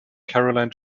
caroline